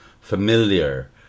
familiar